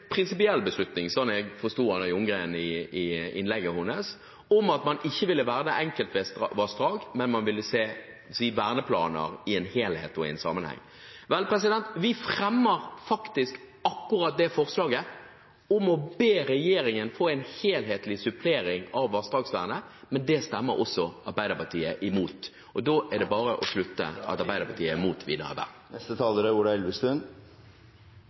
prinsipiell beslutning, slik jeg forsto Anna Ljunggren i innlegget hennes, om at man ikke vil verne enkeltvassdrag, men se verneplaner i en helhet og i en sammenheng. Vel, vi fremmer faktisk akkurat det forslaget, om å be regjeringen få en helhetlig supplering av vassdragsvernet. Men det stemmer også Arbeiderpartiet imot. Da er det bare å slutte at Arbeiderpartiet